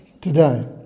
today